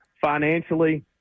financially